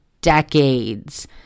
decades